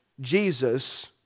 Jesus